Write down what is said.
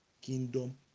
kingdom